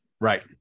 right